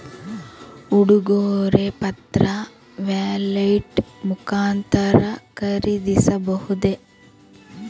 ಉಡುಗೊರೆ ಪತ್ರ ವ್ಯಾಲೆಟ್ ಮುಖಾಂತರ ಖರೀದಿಸಬಹುದೇ?